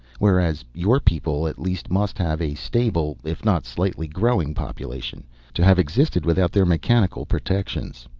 whereas your people at least must have a stable if not slightly growing population to have existed without their mechanical protections.